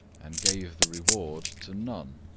and gave the reward to none.